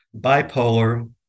bipolar